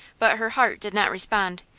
but her heart did not respond,